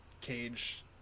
cage